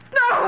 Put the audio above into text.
no